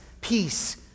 peace